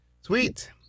Sweet